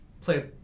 play